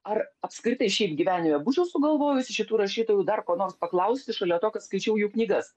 ar apskritai šiaip gyvenime būčiau sugalvojusi šitų rašytojų dar ko nors paklausti šalia to kad skaičiau jų knygas